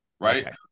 right